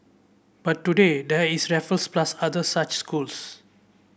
but today there is Raffles plus other such schools